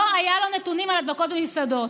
לא היו לו נתונים על הדבקות במסעדות.